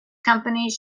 companies